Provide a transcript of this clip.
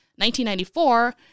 1994